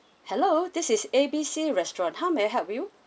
hello this is A B C restaurant how may I help you